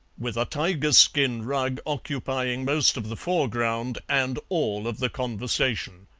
with a tiger-skin rug occupying most of the foreground and all of the conversation.